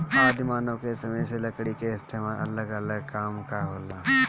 आदि मानव के समय से लकड़ी के इस्तेमाल अलग अलग काम ला होला